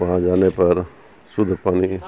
وہاں جانے پر شدھ پانی